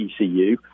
ECU